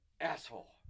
Asshole